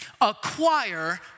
acquire